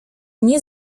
nie